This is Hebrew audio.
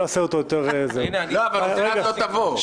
יעשה אותו יותר --- אבל אוסנת לא תבוא,